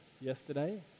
yesterday